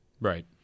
Right